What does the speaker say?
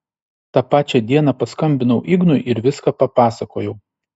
tą pačią dieną paskambinau ignui ir viską papasakojau